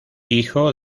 hijo